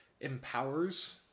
empowers